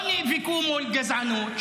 לא נאבקו מול הגזענות,